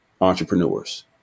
entrepreneurs